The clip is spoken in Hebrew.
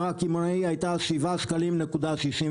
היה 7.68 שקלים.